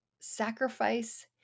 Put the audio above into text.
Sacrifice